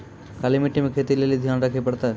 काली मिट्टी मे खेती लेली की ध्यान रखे परतै?